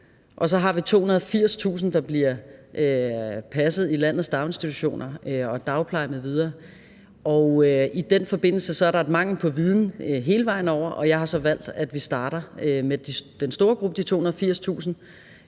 og så har vi 280.000 børn, der bliver passet i landets daginstitutioner, dagplejer m.v. I den forbindelse er der en mangel på viden hele vejen over, og jeg har så valgt, at vi starter med den store gruppe, de 280.000,